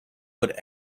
would